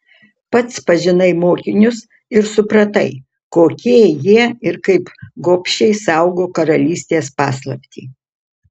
pats pažinai mokinius ir supratai kokie jie ir kaip gobšiai saugo karalystės paslaptį